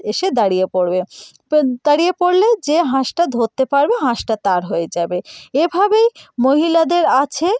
এসে দাঁড়িয়ে পড়বে তো দাঁড়িয়ে পড়লে যে হাঁসটা ধরতে পারবে হাঁসটা তার হয়ে যাবে এভাবেই মহিলাদের আছে